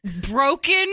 broken